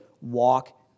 Walk